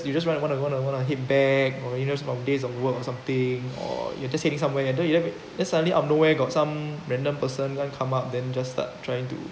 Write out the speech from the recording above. you just want to want to want to want to head back or days of work or something or you're just sitting somewhere you don't you have then suddenly out of nowhere got some random person then come up than just start trying to